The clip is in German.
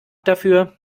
dafür